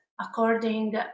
According